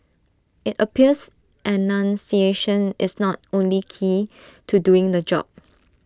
IT appears enunciation is not only key to doing the job